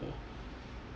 the